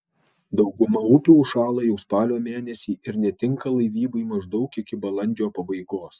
dauguma upių užšąla jau spalio mėnesį ir netinka laivybai maždaug iki balandžio pabaigos